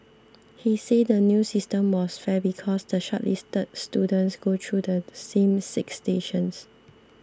he said the new system was fair because the shortlisted students go through the same six stations